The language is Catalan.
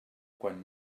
quan